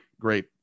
great